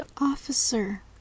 officer